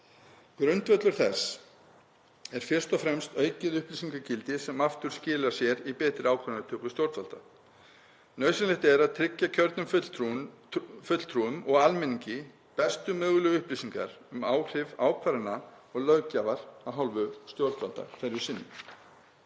Grundvöllur þess er fyrst og fremst aukið upplýsingagildi sem aftur skilar sér í betri ákvarðanatöku stjórnvalda. Nauðsynlegt er að tryggja kjörnum fulltrúum og almenningi bestu mögulegu upplýsingar um áhrif ákvarðana og löggjafar af hálfu stjórnvalda hverju sinni.